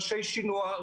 אנשי שינוע,